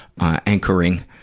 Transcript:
anchoring